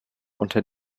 unter